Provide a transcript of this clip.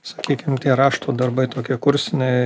sakykim tie rašto darbai tokie kursiniai